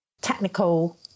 technical